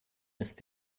ist